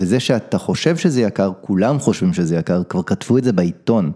וזה שאתה חושב שזה יקר, כולם חושבים שזה יקר, כבר כתבו את זה בעיתון.